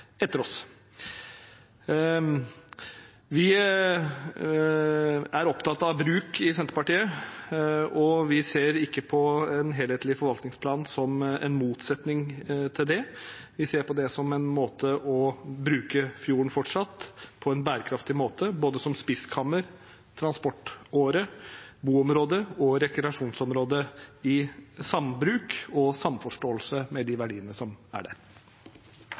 Vi er opptatt av bruk i Senterpartiet, og vi ser ikke på en helhetlig forvaltningsplan som en motsetning til det. Vi ser på det som en bærekraftig måte å bruke fjorden på fortsatt, både som spiskammer, transportåre, boområde og rekreasjonsområde, i sambruk og samforståelse med de verdiene som er der.